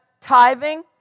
tithing